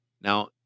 Now